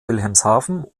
wilhelmshaven